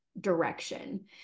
direction